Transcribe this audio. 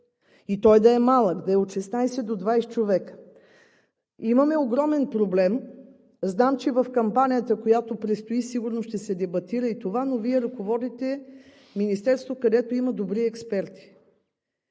и той да е малък, да е от 16 до 20 човека. Имаме огромен проблем. Знам, че в кампанията, която предстои, сигурно ще се дебатира и това, но Вие ръководите министерство, където има добри експерти.